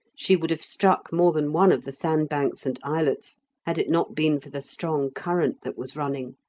she would have struck more than one of the sandbanks and islets had it not been for the strong current that was running.